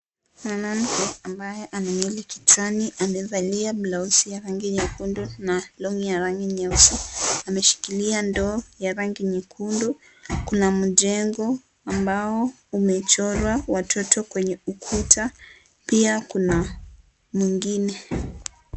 Mwanamke ambaye ana nywele kichwani amevalia blausi ya rangi nyekundu na long'i ya rangi nyeusi ameshikilia ndoo ya rangi nyekundu kuna mjengo ambao umechorwa watoto kwenye ukuta pia kuna mwingine.